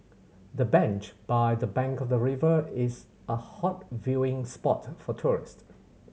the bench by the bank of the river is a hot viewing spot for tourist